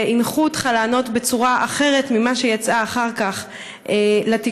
והנחו אותך לענות בצורה אחרת מזאת שיצאה אחר כך בתקשורת,